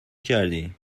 کردی